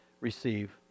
receive